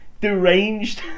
deranged